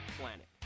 planet